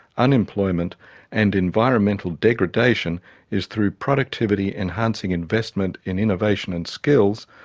unemployment and environmental degradation is through productivity-enhancing investment in innovation and skills,